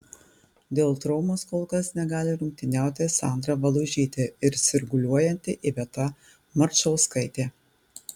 dėl traumos kol kas negali rungtyniauti sandra valužytė ir sirguliuojanti iveta marčauskaitė